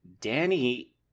Danny